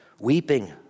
weeping